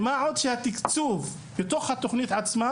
ומה עוד שהתקצוב בתוך התוכנית עצמה,